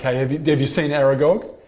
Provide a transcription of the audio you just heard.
have you and have you seen aragog?